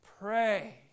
pray